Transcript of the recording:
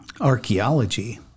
archaeology